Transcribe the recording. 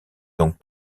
donc